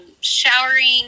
showering